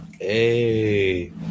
Hey